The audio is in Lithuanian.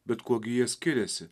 bet kuo gi jie skiriasi